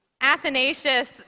Athanasius